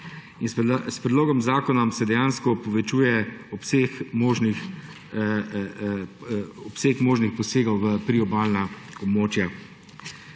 S predlogom zakona se dejansko povečuje obseg možnih posegov v priobalna območja.